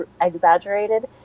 exaggerated